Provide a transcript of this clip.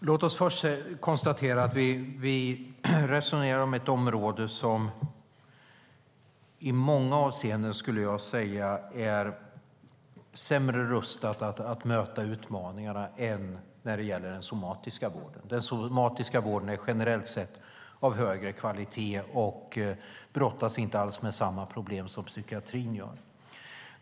Herr talman! Låt oss först konstatera att vi resonerar om ett område som i många avseenden, skulle jag säga, är sämre rustat att möta utmaningarna än när det gäller den somatiska vården. Den somatiska vården är generellt sett av högre kvalitet och brottas inte alls med samma problem som psykiatrin gör.